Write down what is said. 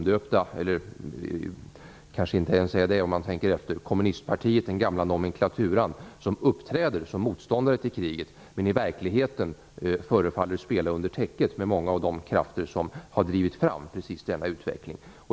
Det är kommunistpartiet, den gamla nomenklaturan som, omdöpt eller kanske inte ens det, uppträder som motståndare till kriget men i verkligheten förefaller spela under täcket med många av de krafter som har drivit fram just denna utveckling.